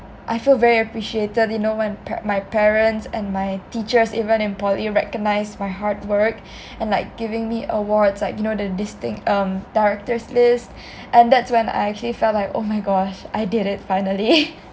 I feel very appreciated you know when pa~ my parents and my teachers even in poly recognised my hard work and like giving me awards like you know the distinct um director's list and that's when I actually felt like oh my gosh I did it finally